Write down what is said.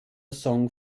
song